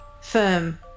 firm